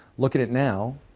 look at it now,